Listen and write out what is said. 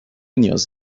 نیاز